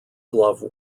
glove